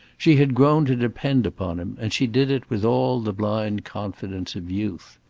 she had grown to depend upon him, and she did it with all the blind confidence of youth.